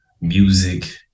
music